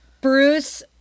Bruce